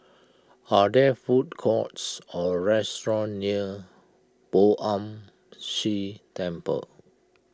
are there food courts or restaurants near Poh Ern Shih Temple